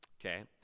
okay